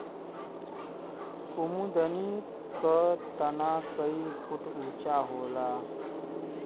कुमुदनी क तना कई फुट ऊँचा होला